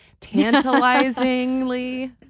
tantalizingly